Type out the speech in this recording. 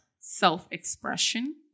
self-expression